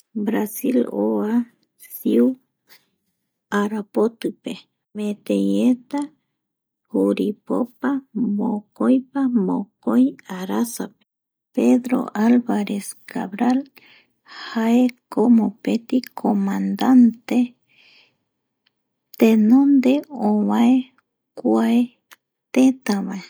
Brasil oa siu arapotipe meteieta juripopa mokoipa mokoi arasape Pedro Alvarez Cabral jaeko mopeti comandante tenonde ovae kua tetavae